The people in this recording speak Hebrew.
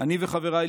אני וחבריי,